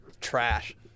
Trash